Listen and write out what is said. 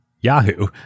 yahoo